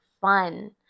fun